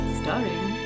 starring